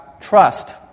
trust